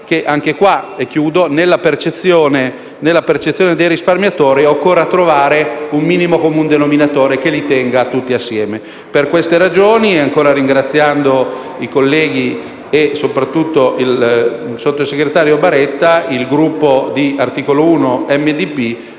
del tutto solare che nella percezione dei risparmiatori occorra trovare un minimo comune denominatore che li tenga tutti assieme. Per queste ragioni, ringraziando ancora i colleghi e soprattutto il sottosegretario Baretta, il Gruppo Articolo 1-MDP